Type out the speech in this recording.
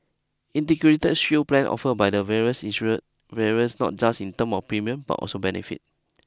integrated shield plan offered by the various insurers various not just in terms of premium but also benefit